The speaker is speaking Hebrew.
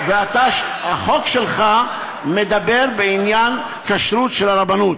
והחוק שלך מדבר בעניין כשרות של הרבנות.